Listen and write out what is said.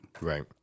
Right